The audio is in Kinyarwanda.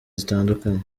zitandukanye